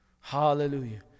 Hallelujah